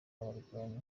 abarwanyi